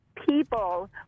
people